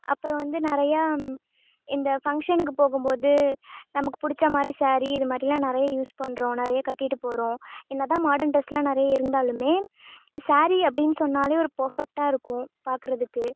அப்புறம் வந்து நிறையா இந்த ஃபங்க்ஷனுக்கு போகும் போது நமக்கு பிடிச்சா மாதிரி ஸாரி இது மாதிரிலாம் நிறைய யூஸ் பண்ணுறோம் நிறைய கட்டிகிட்டு போகிறோம் என்ன தான் மாடர்ன் ட்ரெஸ்லாம் நிறையா இருந்தாலுமே ஸாரி அப்படின் சொன்னாலே ஒரு பர்ஃபெக்டாக இருக்கும் பார்க்குறதுக்கு